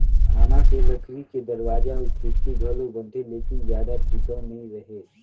आमा के लकरी के दरवाजा अउ खिड़की घलो बनथे लेकिन जादा टिकऊ नइ रहें